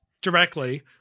directly